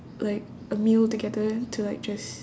like a meal together to like just